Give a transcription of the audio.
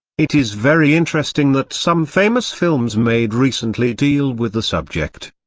it is very interesting that some famous films made recently deal with the subject.